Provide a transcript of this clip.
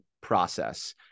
process